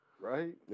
Right